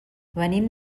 venim